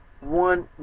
one